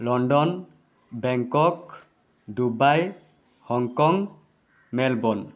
London Bangkok Dubai Hong Kong Melbourne